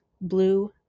blue